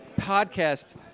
podcast